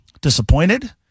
disappointed